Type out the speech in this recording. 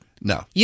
No